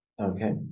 okay